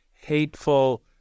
hateful